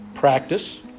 practice